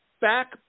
back